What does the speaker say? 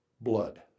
Blood